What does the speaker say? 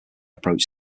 approach